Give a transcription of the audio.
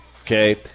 Okay